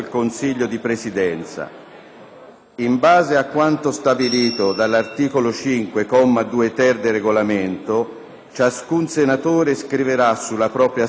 In base a quanto stabilito dall'articolo 5, comma 2-*ter*, del Regolamento, ciascun senatore scriverà sulla propria scheda un solo nominativo.